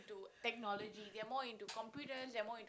to technology they are more into computers they are more into